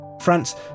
France